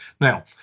Now